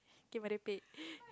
K